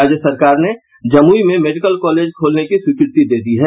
राज्य सरकार ने जमुई में मेडिकल कॉलेज खोलने की स्वीकृति दे दी है